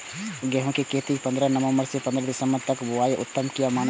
गेहूं के खेती हम पंद्रह नवम्बर से पंद्रह दिसम्बर तक बुआई उत्तम किया माने जी?